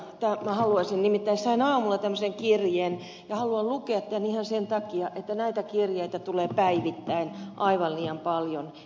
nimittäin sain aamulla tämmöisen kirjeen ja haluan lukea tämän ihan sen takia että näitä kirjeitä tulee päivittäin aivan liian paljon